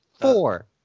four